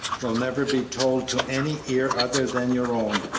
will never be told to any ear other than your own,